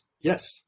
Yes